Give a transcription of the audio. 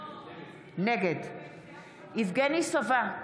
נגד יבגני סובה,